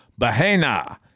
Bahena